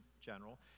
general